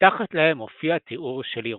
ומתחת להם מופיע תיאור של ירושלים.